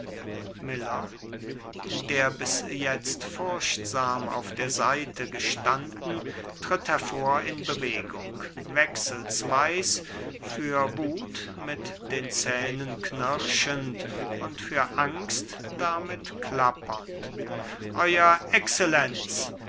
da miller der bis jetzt furchtsam auf der seite gestanden tritt hervor in bewegung wechselweis vor wuth mit den zähnen knirschend und vor angst damit klappernd euer excellenz das